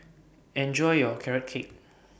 Enjoy your Carrot Cake